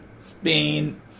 Spain